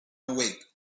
awake